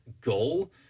goal